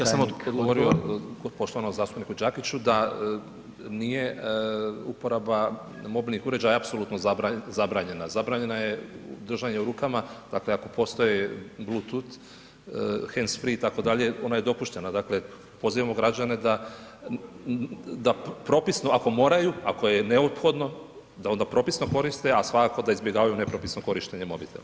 Ja sam odgovorio poštovanom zastupniku Đakiću da nije uporaba mobilnih uređaja je apsolutno zabranjena, zabranjena je držanje u rukama, dakle ako postoje bluetooth, handsfree itd. ona je dopuštena, dakle pozivamo građane da propisno ako moraju, ako je neophodno da onda propisno koriste, a svakako da izbjegavaju nepropisno korištenje mobitela.